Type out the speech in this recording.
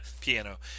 piano